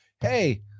hey